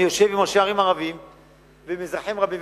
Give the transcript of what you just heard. אני יושב עם ראשי ערים ערבים ועם אזרחים רבים,